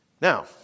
Now